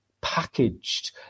packaged